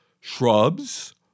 shrubs